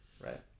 Right